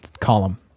column